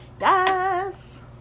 Yes